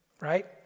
right